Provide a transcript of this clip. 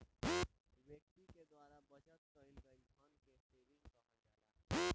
व्यक्ति के द्वारा बचत कईल गईल धन के सेविंग कहल जाला